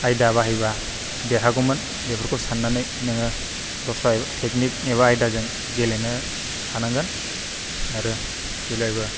आयदा बाहायबा आं देरहागौमोन बेफोरखौ साननानै नोङो दस्रा टेगनिक एबा आयदाजों गेलेनो हानांगोन आरो जेब्लाबो